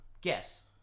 Guess